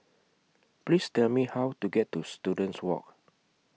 Please Tell Me How to get to Students Walk